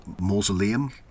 Mausoleum